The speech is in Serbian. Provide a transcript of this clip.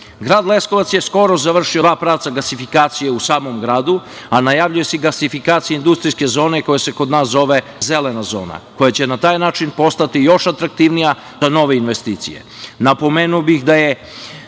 Leskovac je skoro završio dva pravca gasifikacije u samom gradu, a najavljuju se i gasifiakcije industrijske zone koja se kod nas zove zelena zona, koja će na taj način postati još atraktivnija za nove investicije. Napomenuo bih da je